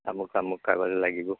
আমুক আমুক কাগজ লাগিব